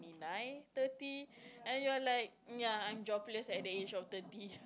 nine thirty and you're like ya I'm jobless at the age of thirty